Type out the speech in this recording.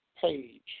page